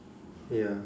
ya